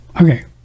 okay